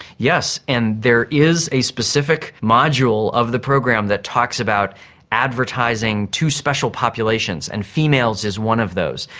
yes, and there is a specific module of the program that talks about advertising to special populations, and females is one of those.